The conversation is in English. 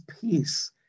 peace